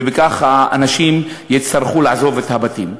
וכך האנשים יצטרכו לעזוב את הבתים.